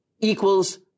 equals